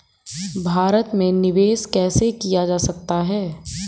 भारत में निवेश कैसे किया जा सकता है?